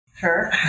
Sure